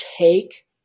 take